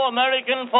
American